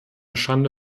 schande